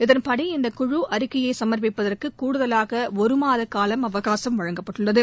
இதன்படி இந்த குழு அறிக்கையை சுமர்ப்பிப்பதற்கு கூடுதவாக ஒரு மாதம் காலஅவசாகம் வழங்கப்பட்டுள்ளது